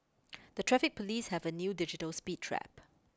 the traffic police have a new digital speed trap